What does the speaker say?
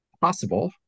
possible